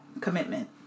commitment